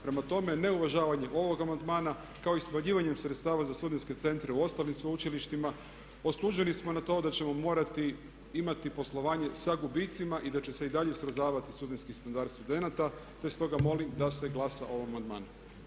Prema tome, neuvažavanje ovog amandmana kao i smanjivanjem sredstava za studentske centre u ostalim sveučilištima osuđeni smo na to da ćemo morati imati poslovanje sa gubitcima i da će se i dalje srozavati studentski standard studenata te stoga molim da se glasa o amandmanu.